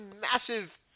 massive